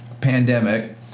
pandemic